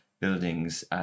buildings